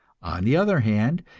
on the other hand,